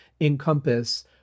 encompass